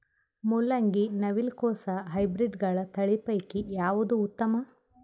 ಮೊಲಂಗಿ, ನವಿಲು ಕೊಸ ಹೈಬ್ರಿಡ್ಗಳ ತಳಿ ಪೈಕಿ ಯಾವದು ಉತ್ತಮ?